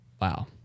Wow